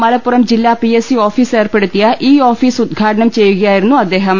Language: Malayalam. മലപ്പുറം ജില്ലാ പിഎസ് സി ഓഫീസ് ഏർപ്പെടുത്തിയ ഇ ഓഫീസ് ഉദ്ഘാടനം ചെയ്യുകയായിരുന്നു അദ്ദേഹം